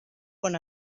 con